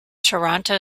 toronto